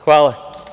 Hvala.